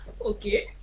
Okay